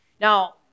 Now